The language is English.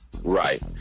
Right